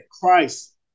Christ